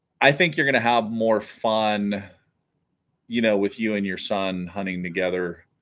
i think you're gonna have more fun you know with you and your son hunting together